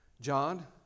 John